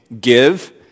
Give